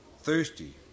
thirsty